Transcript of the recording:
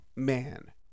Man